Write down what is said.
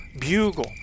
bugle